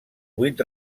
vuit